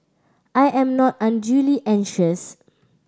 I am not unduly anxious